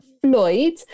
Floyd